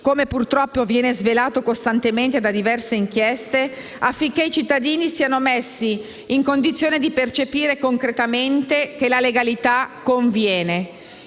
come purtroppo viene svelato costantemente da diverse inchieste - affinché i cittadini siano messi nella condizione di percepire concretamente che la legalità conviene.